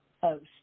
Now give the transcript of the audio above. post